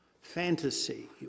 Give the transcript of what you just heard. fantasy